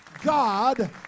God